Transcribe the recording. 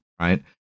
right